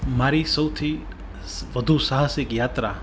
મારી સૌથી વધુ સાહસિક યાત્રા